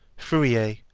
fourier,